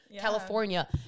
California